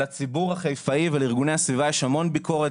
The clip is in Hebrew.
לציבור החיפאי ולארגוני הסביבה יש המון ביקורת